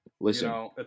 Listen